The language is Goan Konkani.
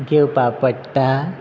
घेवपा पडटा